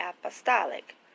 Apostolic